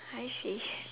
I see